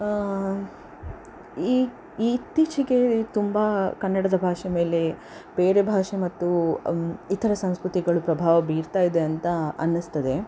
ಈ ಇತ್ತೀಚೆಗೆ ತುಂಬ ಕನ್ನಡದ ಭಾಷೆ ಮೇಲೆ ಬೇರೆ ಭಾಷೆ ಮತ್ತು ಇತರ ಸಂಸ್ಕೃತಿಗಳು ಪ್ರಭಾವ ಬೀರ್ತಾಯಿದೆ ಅಂತ ಅನ್ನಿಸ್ತದೆ